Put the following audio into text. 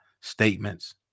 statements